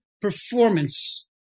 performance